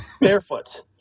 barefoot